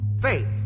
faith